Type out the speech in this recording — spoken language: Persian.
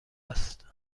است